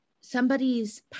somebody's